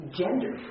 gender